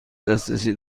دسترسی